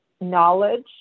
knowledge